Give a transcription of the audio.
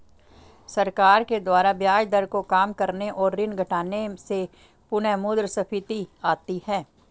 सरकार के द्वारा ब्याज दर को काम करने और ऋण घटाने से पुनःमुद्रस्फीति आती है